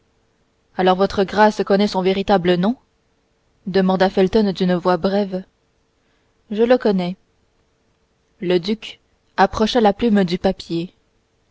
alors votre grâce connaît son véritable nom demanda felton d'une voix brève je le connais le duc approcha la plume du papier